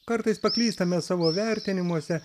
kartais paklystame savo vertinimuose